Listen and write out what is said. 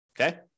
Okay